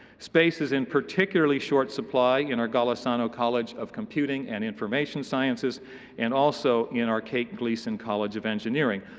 space is in particularly short supply in our golisano college of computing and information sciences and also in our kate gleason college of engineering.